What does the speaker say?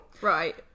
Right